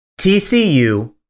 TCU